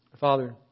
Father